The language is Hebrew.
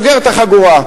סוגר את החגורה,